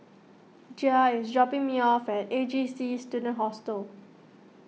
Gia is dropping me off at A J C Student Hostel